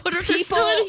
people